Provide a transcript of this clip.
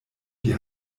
die